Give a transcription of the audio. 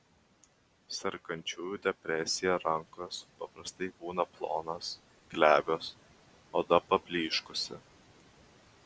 sergančiųjų depresija rankos paprastai būna plonos glebios oda pablyškusi